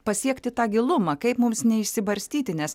pasiekti tą gilumą kaip mums neišsibarstyti nes